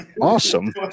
awesome